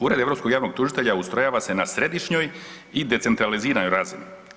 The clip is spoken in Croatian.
Ured europskog javnog tužitelja ustrojava se na središnjoj i decentraliziranoj razini.